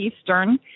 Eastern